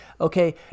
okay